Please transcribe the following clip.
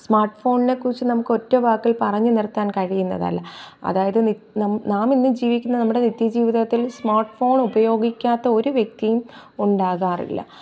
smart ഫോണിനെക്കുറിച്ച് നമുക്കൊറ്റവാക്കിൽ പറഞ്ഞ് നിർത്താൻ കഴിയുന്നതല്ല അതായത് നി നാമിന്ന് ജീവിക്കുന്ന നമ്മുടെ നിത്യ ജീവിതത്തിൽ സ്മാർട്ട് ഫോണുപയോഗിക്കാത്ത ഒര് വ്യക്തിയും ഉണ്ടാകാറില്ല